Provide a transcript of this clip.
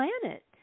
planet